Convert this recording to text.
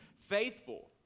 faithful